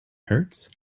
hurts